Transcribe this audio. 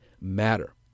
matter